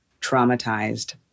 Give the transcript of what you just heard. traumatized